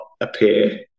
appear